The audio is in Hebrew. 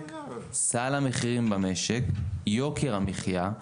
יוקר המחיה,